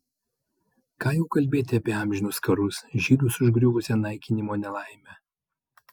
ką jau kalbėti apie amžinus karus žydus užgriuvusią naikinimo nelaimę